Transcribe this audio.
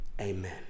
Amen